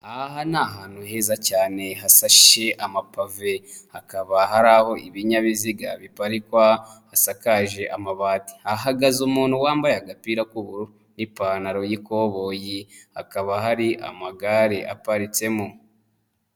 Aha ni ahantu heza cyane hatashi amapave, hakaba hari aho ibinyabiziga biparikwa, hasakaje amabati, hahagaze umuntu wambaye agapira k'ubururu n'ipantaro y'ikoboyi, hakaba hari amagare aparitsemo.